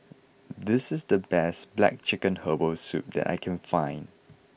this is the best Black Chicken Herbal Soup that I can find